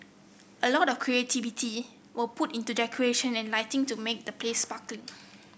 a lot of creativity will put into decoration and lighting to make the place sparkling